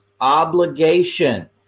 obligation